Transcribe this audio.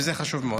וזה חשוב מאוד.